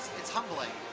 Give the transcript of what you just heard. it's humbling,